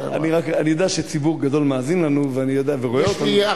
אני יודע שציבור גדול מאזין לנו ורואה אותנו,